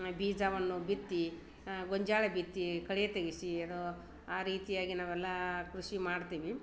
ಬೀಜವನ್ನು ಬಿತ್ತಿ ಗೊಂಜಾಳ ಬಿತ್ತಿ ಕಳೆ ತೆಗೆಸಿ ಅದು ಆ ರೀತಿಯಾಗಿ ನಾವೆಲ್ಲ ಕೃಷಿ ಮಾಡ್ತೀವಿ